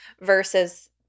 versus